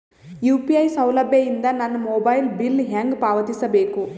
UPI ಸೌಲಭ್ಯ ಇಂದ ನನ್ನ ಮೊಬೈಲ್ ಬಿಲ್ ಹೆಂಗ್ ಪಾವತಿಸ ಬೇಕು?